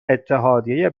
اتحادیه